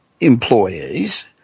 employees